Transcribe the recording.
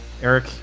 Eric